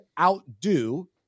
outdo